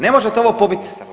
Ne možete ovo pobiti.